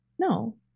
No